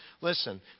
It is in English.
Listen